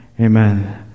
amen